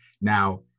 Now